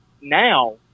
now